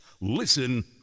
Listen